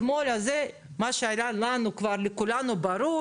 בסוף כל חייל שהולך לגבול למלחמה כזאת או